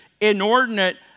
inordinate